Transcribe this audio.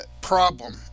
problem